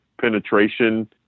penetration